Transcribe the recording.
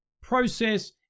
process